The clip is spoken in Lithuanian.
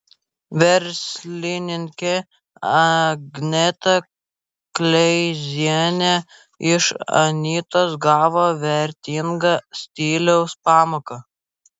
verslininkė agneta kleizienė iš anytos gavo vertingą stiliaus pamoką